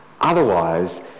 Otherwise